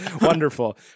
wonderful